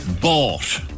bought